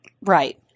Right